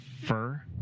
fur